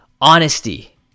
honesty